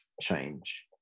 change